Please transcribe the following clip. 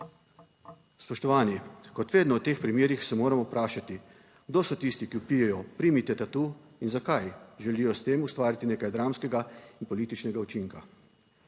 Spoštovani! Kot vedno v teh primerih se moramo vprašati, kdo so tisti, ki vpijejo, primite tatu, in zakaj želijo s tem ustvariti nekaj dramskega in političnega učinka.